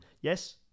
Yes